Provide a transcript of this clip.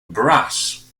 brass